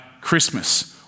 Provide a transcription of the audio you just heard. Christmas